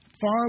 far